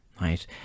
right